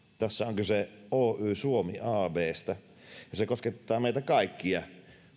tässä on kyse oy suomi abstä ja se koskettaa meitä kaikkia